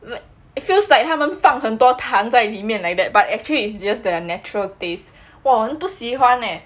it feels like 他们放很多糖在里面 like that but actually it's just their natural taste !wah! 我不喜欢 leh